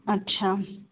अच्छा